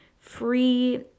free